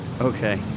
Okay